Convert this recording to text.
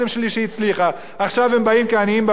עכשיו הם באים כעניים בפתח ואומרים: חסר לי 40